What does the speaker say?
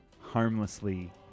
harmlessly